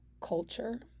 culture